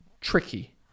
tricky